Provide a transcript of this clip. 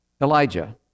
Elijah